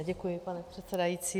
Děkuji, pane předsedající.